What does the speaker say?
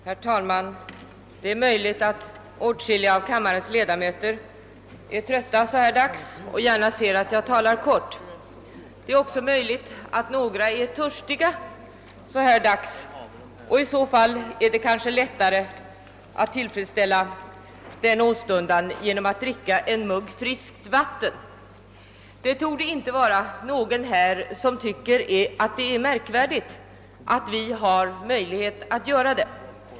Herr talman! Det är möjligt att åtskilliga av kammarens ledamöter är trötta så här dags och gärna ser att jag talar kort. Det är också möjligt att några är törstiga, och i så fall är det kanske lättare att tillfredsställa denna åstundan genom att dricka en mugg friskt vatten. Det torde inte vara någon här som tycker att det är märkvärdigt att vi har möjlighet att göra det.